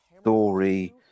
story